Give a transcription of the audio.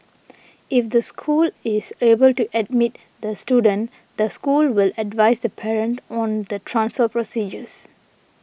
if the school is able to admit the student the school will advise the parent on the transfer procedures